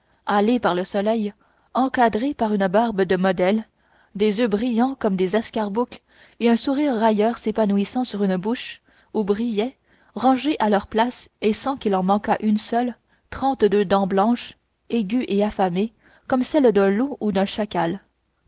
hâlée par le soleil encadrée dans une barbe de modèle des yeux brillants comme des escarboucles et un sourire railleur s'épanouissant sur une bouche où brillaient rangées à leur place et sans qu'il en manquât une seule trente-deux dents blanches aiguës et affamées comme celles d'un loup ou d'un chacal